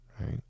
right